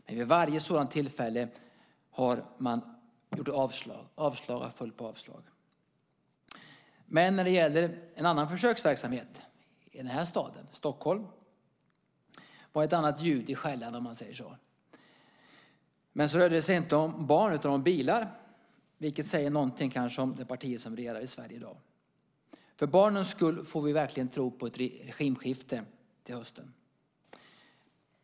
Men vid varje sådant tillfälle har man gett avslag. Avslag har följt på avslag. När det gäller en annan försöksverksamhet i den här staden, Stockholm, var det ett annat ljud i skällan, om man säger så. Men så rörde det sig inte heller om barn, utan om bilar. Det säger kanske någonting om det parti som regerar i Sverige i dag. För barnens skull får vi verkligen tro på ett regimskifte till hösten!